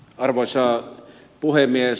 arvoisa puhemies